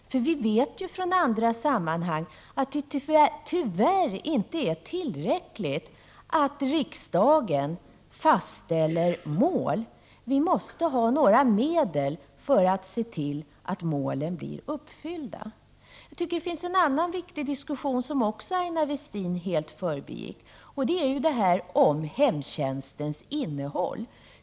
Vi vet ju från andra sammanhang att det tyvärr inte är tillräckligt att riksdagen fastställer mål. Det måste också finnas medel för att målen skall kunna uppfyllas. Aina Westin förbigick även en annan viktig fråga, nämligen hemtjänstens innehåll.